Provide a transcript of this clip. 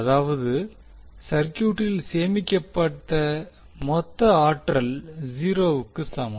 அதாவது சர்க்யூட்டில் சேமிக்கப்பட்ட மொத்த ஆற்றல் 0 க்கு சமம்